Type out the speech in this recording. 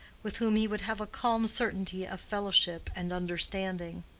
with whom he would have a calm certainty of fellowship and understanding.